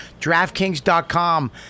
DraftKings.com